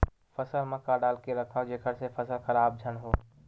फसल म का डाल के रखव जेखर से फसल खराब झन हो?